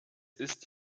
ist